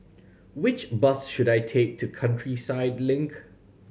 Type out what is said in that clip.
which bus should I take to Countryside Link